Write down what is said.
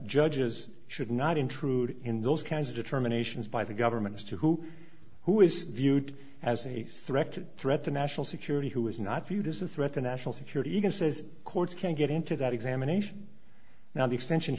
judges should not intrude in those kinds of determinations by the government as to who who is viewed as a threat to threat to national security who is not viewed as a threat to national security even says courts can't get into that examination now the extension